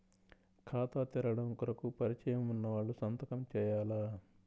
ఖాతా తెరవడం కొరకు పరిచయము వున్నవాళ్లు సంతకము చేయాలా?